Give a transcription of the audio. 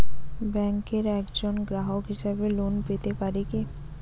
ব্যাংকের একজন গ্রাহক হিসাবে লোন পেতে পারি কি?